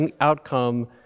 outcome